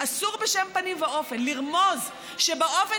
אסור בשום פנים ואופן לרמוז שבאופן